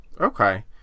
Okay